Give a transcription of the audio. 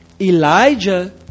Elijah